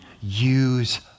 Use